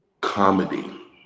Comedy